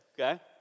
okay